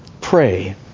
pray